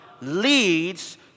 leads